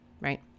right